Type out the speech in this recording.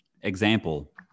example